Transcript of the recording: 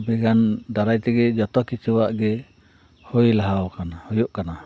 ᱵᱤᱜᱽᱜᱟᱱ ᱫᱟᱨᱟᱭ ᱛᱮᱜᱮ ᱡᱚᱛᱚ ᱠᱤᱪᱷᱩᱣᱟᱜ ᱜᱮ ᱦᱳᱭ ᱞᱟᱦᱟᱣ ᱟᱠᱟᱱᱟ ᱦᱳᱭᱳᱜ ᱠᱟᱱᱟ